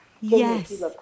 yes